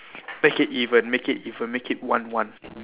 make it even make it even make it one one